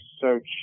search